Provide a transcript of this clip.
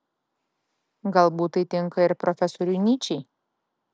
galbūt tai tinka ir profesoriui nyčei